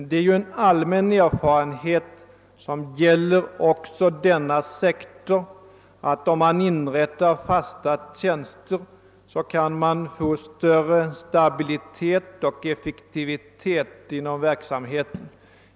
Det är dock en allmän erfarenhet, som gäller också denna sektor, att om man inrättar fasta tjänster, kan man få större stabilitet och effektivitet inom verksamheten.